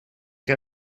can